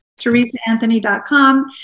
TeresaAnthony.com